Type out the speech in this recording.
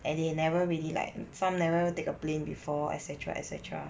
and they never really like some never take a plane before et cetera et cetera